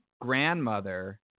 grandmother